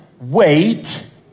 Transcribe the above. wait